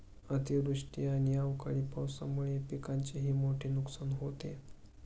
अतिवृष्टी आणि अवकाळी पावसामुळे पिकांचेही मोठे नुकसान होते